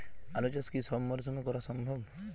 আলু চাষ কি সব মরশুমে করা সম্ভব?